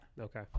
Okay